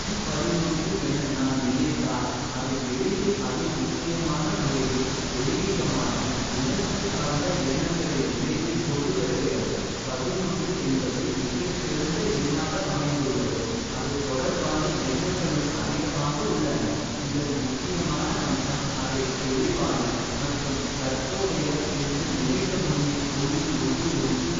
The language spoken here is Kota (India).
எண் என நான் நினைத்தால் அது எளிதில் அதி முக்கியமான. முறையில் தெய்வீகமான உணர்ச்சி சார்ந்த எண்ணங்களை. நினைவில் கொண்டு வருகிறது என்பது மிகச் சிறந்த. எண்ணாக அமைந்துள்ளது அது தொடர்பான எண்ணங்களும். அதிகமாக உள்ளன இதன் முக்கியமான அம்சம் அதை தெளிவான. மற்றும் தற்போதைய என்று நினைக்க முடியும்.